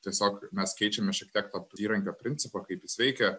tiesiog mes keičiame šiek tiek to įrankio principą kaip jis veikia